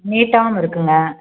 நீட்டாகவும் இருக்குமுங்க